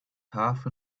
half